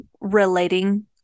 relating